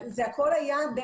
זה הכול היה,